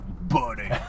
buddy